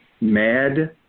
Mad